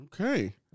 Okay